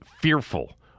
fearful